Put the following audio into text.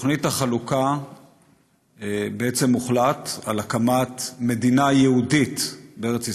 בתוכנית החלוקה בעצם הוחלט על הקמת מדינה יהודית בארץ ישראל,